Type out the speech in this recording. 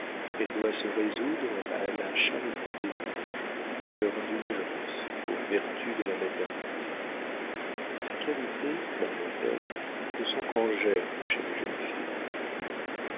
elle doit se résoudre à la charité des anges à leur indulgence au vertus de la maternité ces qualités mademoiselle ne sont qu'en germe chez les jeunes filles